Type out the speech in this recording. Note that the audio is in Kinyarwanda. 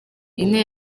ine